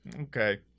okay